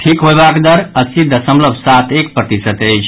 ठीक होयबाक दर अस्सी दशमलव सात एक प्रतिशत अछि